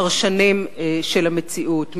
פרשנים של המציאות,